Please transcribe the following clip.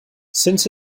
since